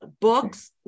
books